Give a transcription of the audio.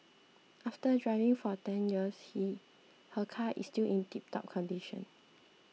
after driving for ten years he her car is still in tiptop condition